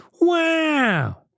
Wow